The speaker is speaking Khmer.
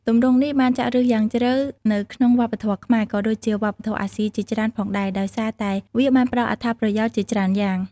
ទម្រង់នេះបានចាក់ឫសយ៉ាងជ្រៅនៅក្នុងវប្បធម៌ខ្មែរ ក៏ដូចជាវប្បធម៌អាស៊ីជាច្រើនផងដែរ ដោយសារតែវាបានផ្តល់អត្ថប្រយោជន៍ជាច្រើនយ៉ាង។